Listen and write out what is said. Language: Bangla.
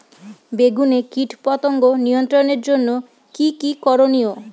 বেগুনে কীটপতঙ্গ নিয়ন্ত্রণের জন্য কি কী করনীয়?